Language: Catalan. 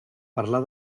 parlar